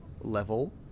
level